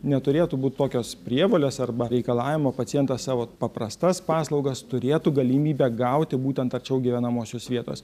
neturėtų būt tokios prievolės arba reikalavimo pacientas savo paprastas paslaugas turėtų galimybę gauti būtent arčiau gyvenamosios vietos